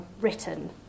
written